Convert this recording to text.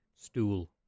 stool